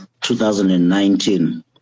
2019